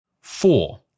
Four